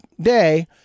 day